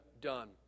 done